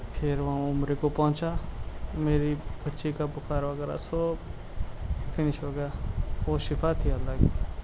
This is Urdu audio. پھر وہاں عمرہ کو پہنچا میری بچی کا بُخار وغیرہ سب فنش ہو گیا وہ شِفا تھی اللہ کی